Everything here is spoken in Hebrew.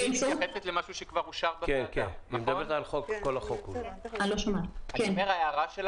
החוק לא מדבר על האיסור שלי לפנות בפניה שיווקית